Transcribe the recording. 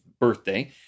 birthday